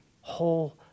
whole